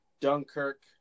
Dunkirk